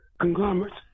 conglomerates